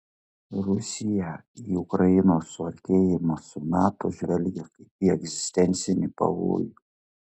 rusiją į ukrainos suartėjimą su nato žvelgia kaip į egzistencinį pavojų